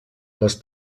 les